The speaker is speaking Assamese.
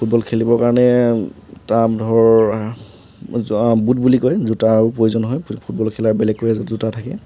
ফুটবল খেলিবৰ কাৰণে তাত ধৰ জো বুট বুলি কয় জোতাৰ প্ৰয়োজন হয় ফুটবল খেলাৰ বেলেগকৈ জোতা থাকে